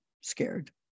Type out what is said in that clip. scared